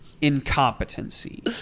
incompetency